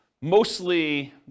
mostly